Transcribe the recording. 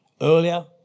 Earlier